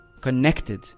connected